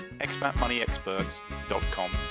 expatmoneyexperts.com